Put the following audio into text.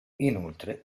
inoltre